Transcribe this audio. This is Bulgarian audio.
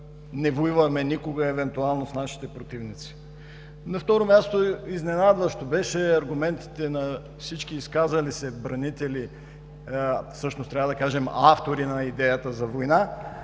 не воюваме никога евентуално с нашите противници. На второ място, изненадващи бяха аргументите на всички изказали се бранители, трябва да кажем „автори“ на идеята за война,